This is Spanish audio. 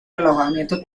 alojamiento